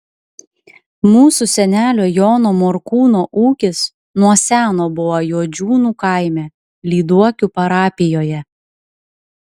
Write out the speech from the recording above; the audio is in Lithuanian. mūsų senelio jono morkūno ūkis nuo seno buvo juodžiūnų kaime lyduokių parapijoje